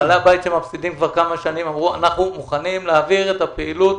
בעלי הבית מפסידים כבר כמה שנים ואמרו שהם מוכנים להעביר את הפעילות,